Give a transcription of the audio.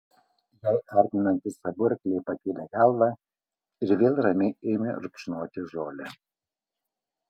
jai artinantis abu arkliai pakėlė galvą ir vėl ramiai ėmė rupšnoti žolę